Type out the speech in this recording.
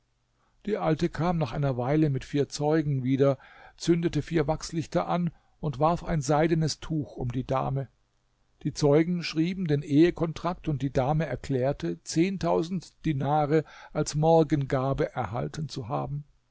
die alte kam nach einer weile mit vier zeugen wieder zündete vier wachslichter an und warf ein seidenes tuch um die dame die zeugen schrieben den ehekontrakt und die dame erklärte zehntausend dinare als morgengabe erhalten zu haben